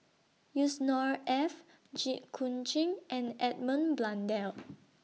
Yusnor Ef Jit Koon Ch'ng and Edmund Blundell